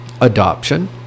adoption